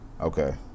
Okay